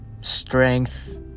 strength